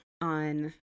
on